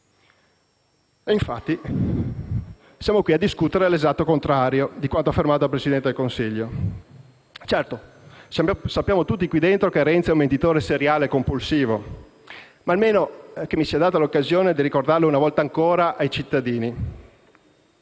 E, infatti, siamo qui a discutere l'esatto contrario di quanto affermato dal Presidente del Consiglio. Certo, sappiamo tutti qui dentro che Renzi è un mentitore seriale e compulsivo. Ma almeno mi sia data l'occasione di ricordarlo una volta ancora ai cittadini.